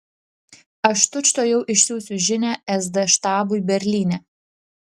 aš tučtuojau išsiųsiu žinią sd štabui berlyne